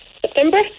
September